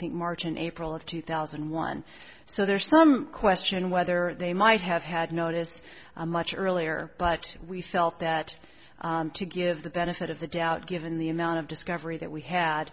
think march and april of two thousand and one so there's some question whether they might have had notice much earlier but we felt that to give the benefit of the doubt given the amount of discovery that we had